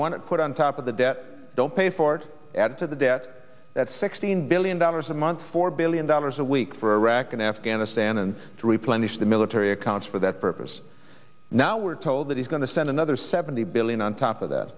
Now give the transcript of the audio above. want to put on top of the debt don't pay for add to the debt that's sixteen billion dollars a month four billion dollars a week for iraq and afghanistan and to replenish the military accounts for that purpose now we're told that he's going to spend another seventy billion on top of that